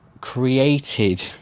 created